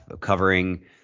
covering